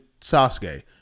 Sasuke